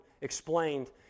explained